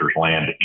Land